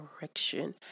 direction